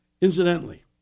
Incidentally